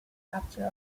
capture